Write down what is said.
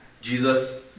Jesus